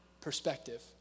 perspective